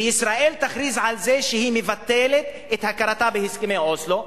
וישראל תכריז על זה שהיא מבטלת את הכרתה בהסכמי אוסלו,